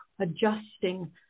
Adjusting